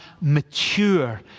mature